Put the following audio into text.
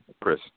Chris